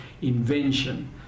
invention